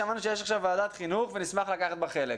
שמענו שיש עכשיו ישיבה של ועדת החינוך ונשמח לקחת בה חלק".